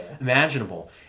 imaginable